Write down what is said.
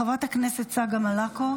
חברת הכנסת צגה מלקו,